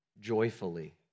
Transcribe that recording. joyfully